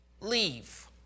leave